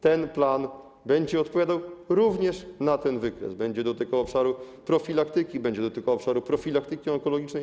Ten plan będzie odpowiadał również na ten wykres, będzie dotykał obszarów profilaktyki, będzie dotykał obszaru profilaktyki onkologicznej.